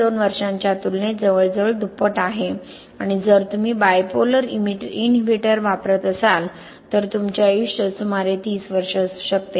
2 वर्षांच्या तुलनेत जवळजवळ दुप्पट आहे आणि जर तुम्ही बायपोलर इनहिबिटर वापरत असाल तर तुमचे आयुष्य सुमारे 30 वर्षे असू शकते